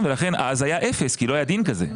קונה חברה זרה ולכן אז היה אפס כי לא היה דין כזה.